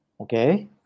Okay